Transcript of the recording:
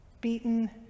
beaten